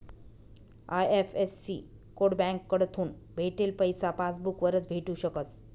IFSC code बँककडथून भेटेल पैसा पासबूक वरच भेटू शकस